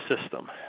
system